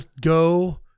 go